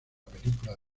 película